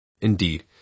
Indeed